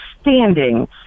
standing